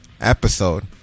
episode